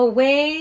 Away